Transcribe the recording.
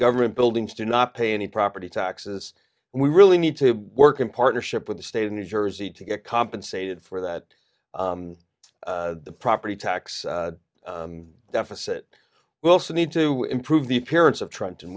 government buildings do not pay any property taxes and we really need to work in partnership with the state of new jersey to get compensated for that the property tax deficit well so need to improve the appearance of trenton